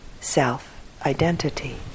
self-identity